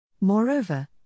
Moreover